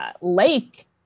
lake